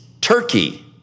turkey